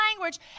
language